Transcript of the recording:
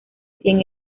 cien